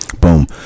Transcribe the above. Boom